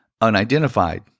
unidentified